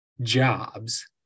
jobs